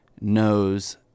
knows